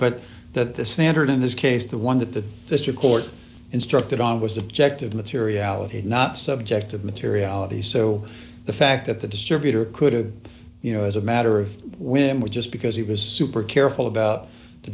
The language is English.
but the standard in this case the one that the district court instructed on was objective materiality not subjective materiality so the fact that the distributor could you know as a matter of when we just because he was super careful about the